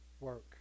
work